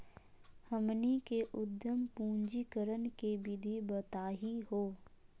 हमनी के उद्यम पंजीकरण के विधि बताही हो?